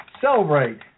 celebrate